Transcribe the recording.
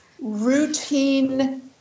routine